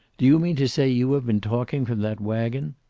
do you mean to say you have been talking from that wagon?